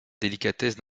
délicatesse